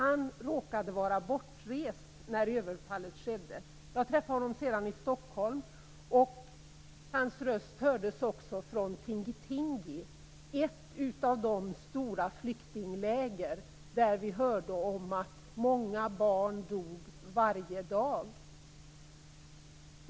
Han råkade vara bortrest när överfallet skedde. Jag träffade honom sedan i Stockholm, och hans röst hördes också från Tinqi-Tinqi, som var ett av de stora flyktingläger där många barn dog varje dag.